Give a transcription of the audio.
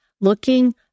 Looking